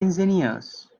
ingenious